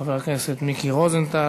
חבר הכנסת מיקי רוזנטל,